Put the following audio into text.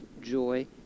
joy